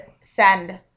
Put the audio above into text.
send